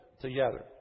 together